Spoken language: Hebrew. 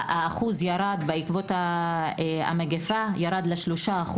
השיעור ירד בעקבות המגפה ל-3%.